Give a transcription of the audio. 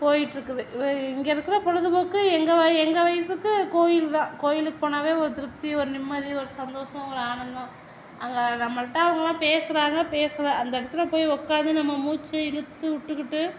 போயிட்டிருக்குது இங்கே இருக்கிற பொழுதுபோக்கு எங்கள் வ எங்கள் வயதுக்கு கோயில் தான் கோயிலுக்கு போனாவே ஒரு திருப்த்தி ஒரு நிம்மதி ஒரு சந்தோஷம் ஒரு ஆனந்தம் அங்கே நம்மள்கிட்ட அவங்களாக பேசுகிறாங்க பேசலை அந்த இடத்துல போய் உட்காந்து நம்ம மூச்சு இழுத்து விட்டுக்கிட்டு